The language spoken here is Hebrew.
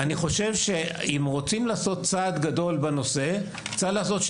אני חושב שאם רוצים להוביל לשינוי בנושא ישנם מספר דברים שצריכים לעשות.